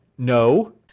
no.